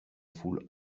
foule